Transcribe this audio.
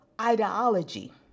ideology